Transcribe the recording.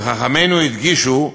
וחכמינו הדגישו: